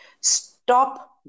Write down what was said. stop